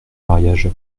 mariage